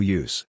use